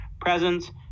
presence